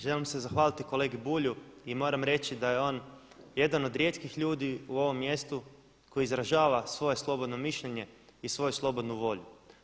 Želim se zahvaliti kolegi Bulju i moram reći da je on jedan od rijetkih ljudi u ovom mjestu koji izražava svoje slobodno mišljenje i svoju slobodnu volju.